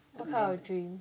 what kind of dream